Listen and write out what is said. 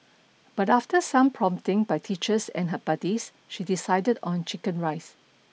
but after some prompting by teachers and her buddies she decided on chicken rice